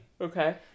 Okay